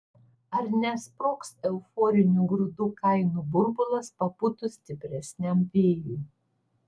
ar nesprogs euforinių grūdų kainų burbulas papūtus stipresniam vėjui